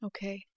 Okay